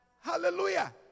Hallelujah